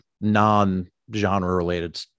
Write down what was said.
non-genre-related